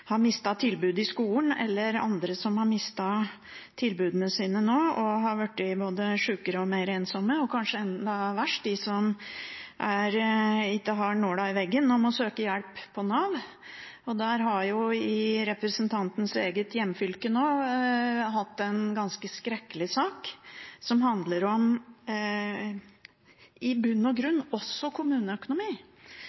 har mistet tilbudet i skolen, eller andre som har mistet tilbudene sine nå, og har blitt både sykere og mer ensomme– og kanskje enda verre, de som ikke har nåla i veggen og må søke hjelp hos Nav. Representantens eget hjemfylke har hatt en ganske skrekkelig sak nå, som i bunn og grunn også handler om